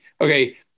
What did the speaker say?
okay